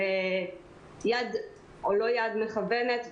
של יד או לא יד מכוונת.